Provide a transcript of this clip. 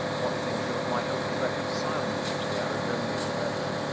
what think you of my hope of reconcilement to the arragonian brethren?